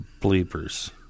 bleepers